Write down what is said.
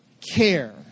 care